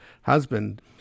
husband